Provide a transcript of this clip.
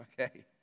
Okay